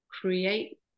create